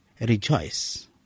rejoice